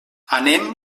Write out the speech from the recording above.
anem